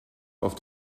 auf